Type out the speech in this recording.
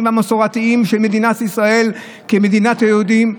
והמסורתיים של מדינת ישראל כמדינת היהודים,